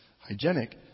hygienic